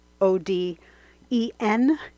O-D-E-N